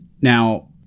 now